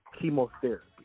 chemotherapy